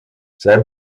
sein